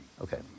Okay